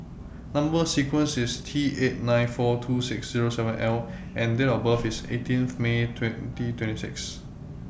Number sequence IS T eight nine four two six Zero seven L and Date of birth IS eighteen May twenty twenty six